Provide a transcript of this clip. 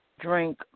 drink